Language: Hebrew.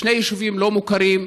שני יישובים לא מוכרים,